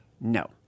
No